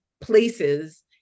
places